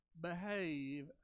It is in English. behave